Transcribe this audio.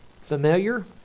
familiar